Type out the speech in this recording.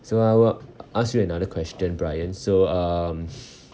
so I will ask you another question brian so um